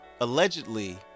allegedly